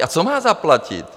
A co má zaplatit?